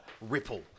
ripple